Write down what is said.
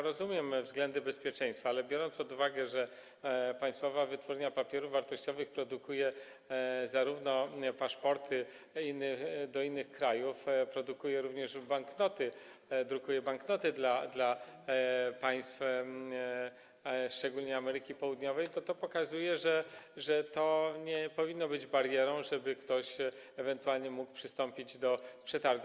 Rozumiem względy bezpieczeństwa, ale biorąc pod uwagę, że Państwowa Wytwórnia Papierów Wartościowych produkuje paszporty dla innych krajów, produkuje również banknoty, drukuje banknoty dla państw, szczególnie Ameryki Południowej, to pokazuje, że to nie powinno być barierą, żeby ktoś ewentualnie mógł przystąpić do przetargu.